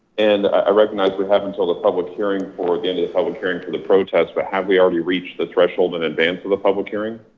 and i recognized we have until the public hearing for the public hearing to the protest, but have we already reached the threshold in advance of the public hearing?